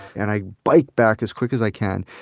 and i bike back as quick as i can.